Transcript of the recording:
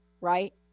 right